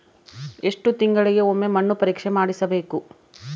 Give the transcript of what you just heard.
ಎಷ್ಟು ತಿಂಗಳಿಗೆ ಒಮ್ಮೆ ಮಣ್ಣು ಪರೇಕ್ಷೆ ಮಾಡಿಸಬೇಕು?